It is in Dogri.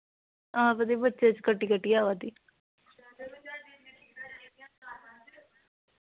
हां कट्टी कट्टियै आवा दी